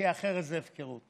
כי אחרת זאת הפקרות